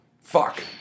Fuck